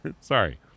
Sorry